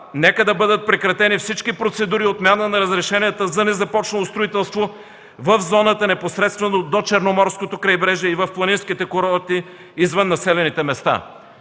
нека да бъдат прекратени всички процедури и отмяна на разрешенията за незапочнало строителство в зоната, непосредствено до Черноморското крайбрежие и в планинските курорти, извън населените места.